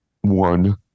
one